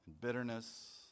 bitterness